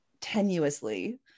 tenuously